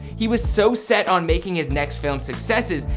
he was so set on making his next films successes,